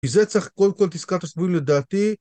וזה צריך קודם כל את עסקת השבוים לדעתי